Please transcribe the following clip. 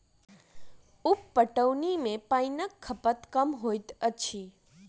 उप पटौनी मे पाइनक खपत कम होइत अछि